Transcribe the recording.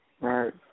right